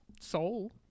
soul